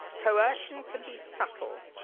coercion can be subtle,